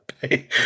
Pay